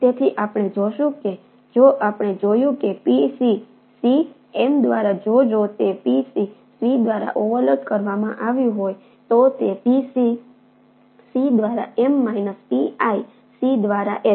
તેથી આપણે જોશું કે જો આપણે જોયું કે Pc C M દ્વારા જો જો તે Pc C દ્વારા ઓવરલોડ કરવામાં આવ્યું હોય તો Pc C દ્વારા M માઇનસ Pi C દ્વારા S